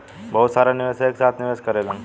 बहुत सारा निवेशक एक साथे निवेश करेलन